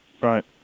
right